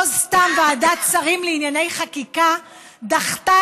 לא סתם ועדת השרים לענייני חקיקה דחתה